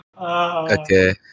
Okay